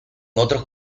otros